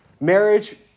Marriage